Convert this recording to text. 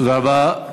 תודה רבה.